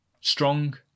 Strong